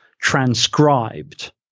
transcribed